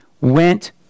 went